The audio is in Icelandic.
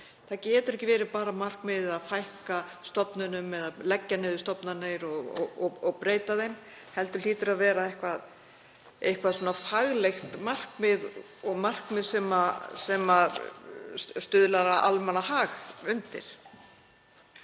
Það getur ekki verið markmiðið að fækka stofnunum eða leggja niður stofnanir og breyta þeim, heldur hlýtur eitthvert faglegt markmið og markmið sem stuðlar að almannahag að